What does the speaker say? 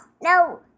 No